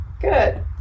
Good